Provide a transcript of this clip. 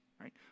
right